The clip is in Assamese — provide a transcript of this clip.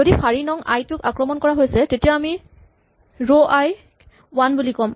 যদি শাৰী নং আই টোক আক্ৰমণ কৰা হৈছে তেতিয়া আমি ৰ' আই ক ৱান বুলি ক'ম